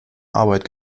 arbeit